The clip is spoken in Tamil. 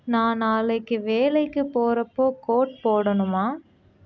நான் நாளைக்கு வேலைக்கு போகிறப்போ கோட் போடணுமா